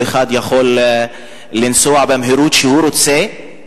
כל אחד יכול לנסוע במהירות שהוא רוצה?